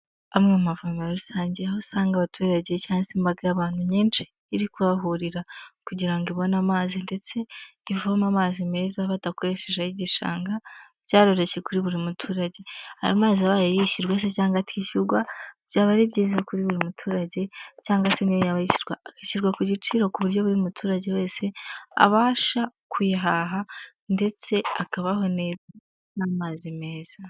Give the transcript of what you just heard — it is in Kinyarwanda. Amwe mu mavomero rusange aho usanga abaturage cyangwa se imbaga y'abantu nyinshi iri kuhahurira kugira ngo ibone amazi ndetse ivome amazi meza badakoresheje ay'igishanga, byaroroshye kuri buri muturage, ayo mazi abaye yishyurwa se cyangwa atishyurwa byaba ari byiza kuri buri muturage cyangwa se niyo yaba yishyurwa agashyirwa ku giciro ku buryo buri muturage wese abasha kuyahaha ndetse akabaho neza n'amazi meza.